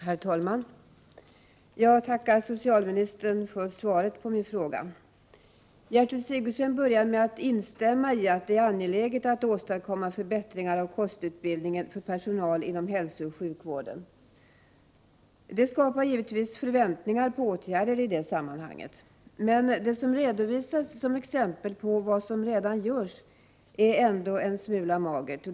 Herr talman! Jag tackar socialministern för svaret på min interpellation. Gertrud Sigurdsen börjar med att instämma i att det är angeläget att åstadkomma förbättringar av kostutbildningen för personal inom hälsooch 93 sjukvården. Det skapar givetvis förväntningar om åtgärder i det sammanhanget. Men det som redovisas som exempel på vad som redan görs är ändå en smula magert.